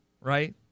right